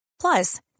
Plus